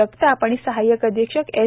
जगताप व सहाय्यक अधिक्षक एस